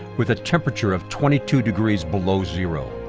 with a temperature of twenty two degrees below zero.